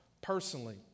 personally